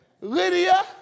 Lydia